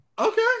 Okay